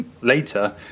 later